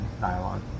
dialogue